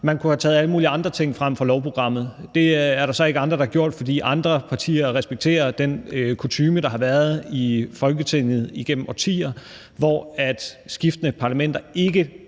Man kunne have taget alle mulige andre ting frem fra lovprogrammet. Det er der så ikke andre der har gjort, fordi de andre partier respekterer den kutyme, der har været i Folketinget igennem årtier, med at skiftende parlamenter ikke